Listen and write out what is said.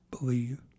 believe